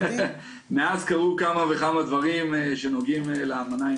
מאז קרו כמה וכמה דברים שנוגעים לאמנה,